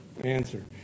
Answer